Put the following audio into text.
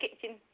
kitchen